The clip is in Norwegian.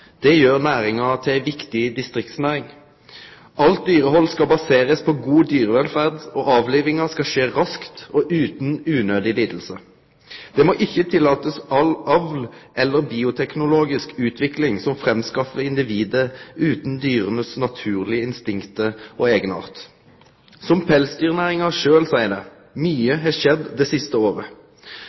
Det gjer næringa til ei viktig distriktsnæring. Alt dyrehald skal baserast på god dyrevelferd, og avlivinga skal skje raskt og utan unødig liding. Ein må ikkje tillate avl eller bioteknologisk utvikling som framskaffar individ utan dyras naturlege instinkt og eigenart. Som pelsdyrnæringa sjølv seier det: «Mye har skjedd det siste året.»